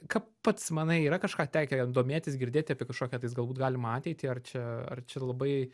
ką pats manai yra kažką tekę domėtis girdėti apie kažkokią tais galbūt galimą ateitį ar čia ar čia labai